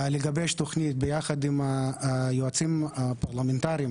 לגבש תוכנית ביחד עם היועצים הפרלמנטריים